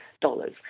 dollars